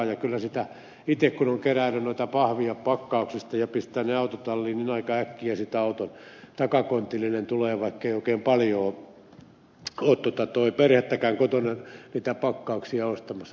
ja kun itse on keräillyt pahveja pak kauksista ja pistänyt ne autotalliin niin aika äkkiä siitä auton takakontillinen tulee vaikka ei paljoa ole perhettäkään kotona niitä pakkauksia ostamassa